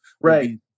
right